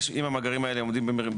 אם המאגרים האלה עומדים,